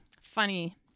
funny